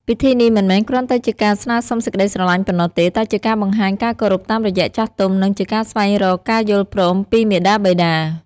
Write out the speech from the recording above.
ពិធីនេះមិនមែនគ្រាន់តែជាការស្នើសុំសេចក្ដីស្រឡាញ់ប៉ុណ្ណោះទេ តែជាការបង្ហាញការគោរពតាមរយៈចាស់ទុំ និងជាការស្វែងរកការយល់ព្រមពីមាតាបិតា។